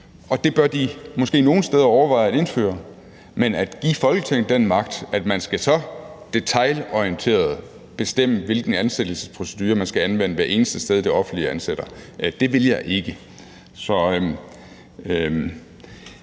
Og det bør de måske nogle steder overveje at indføre. Men at give Folketinget den magt, at man så detailorienteret skal bestemme, hvilken ansættelsesprocedure man skal anvende hvert eneste sted, hvor det offentlige ansætter, vil jeg ikke.